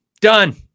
done